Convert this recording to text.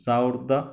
ಸಾವಿರದ